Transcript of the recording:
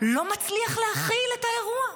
לא מצליח להכיל את האירוע.